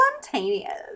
spontaneous